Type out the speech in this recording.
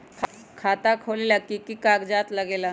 खाता खोलेला कि कि कागज़ात लगेला?